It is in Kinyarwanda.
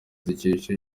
dukesha